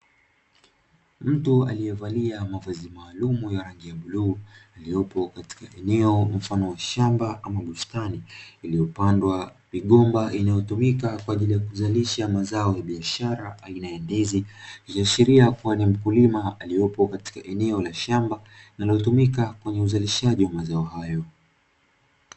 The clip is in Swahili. Mtu aliyevalia mavazi maalumu ya rangi ya bluu aliyepo katika eneo mfano wa shamba ama bustani, iliyopandwa migomba, inayotumika kwa ajili ya kuzalisha mazao ya biashara aina ya ndizi; ikiashiria kuwa ni mkulima aliyepo katika eneo la shamba linalotumika kwenye uzalishaji wa mazao hayo.